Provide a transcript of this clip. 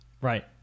Right